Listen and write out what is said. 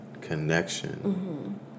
connection